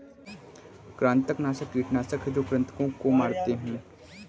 कृंतकनाशक कीटनाशक हैं जो कृन्तकों को मारते हैं